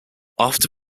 after